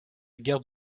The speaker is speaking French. guerre